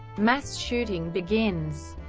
mass shooting begins